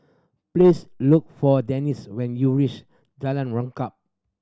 please look for Denise when you reach Jalan Rengkam